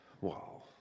Wow